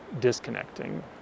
disconnecting